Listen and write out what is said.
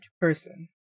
person